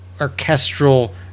orchestral